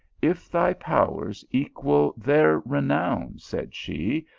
if thy powers equal their renown, said she,